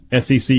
SEC